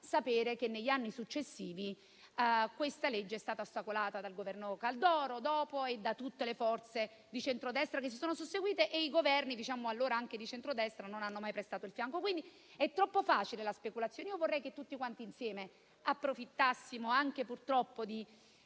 sapere che negli anni successivi questa legge è stata ostacolata dal governo Caldoro e da tutte le forze di centrodestra che si sono susseguite e i governi, allora anche di centrodestra, non hanno mai prestato il fianco. Quindi, è troppo facile la speculazione. Io vorrei che tutti quanti insieme approfittassimo anche di